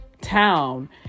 town